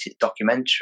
documentary